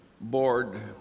board